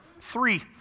three